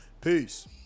Peace